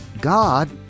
God